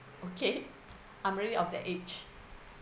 okay I'm really of that age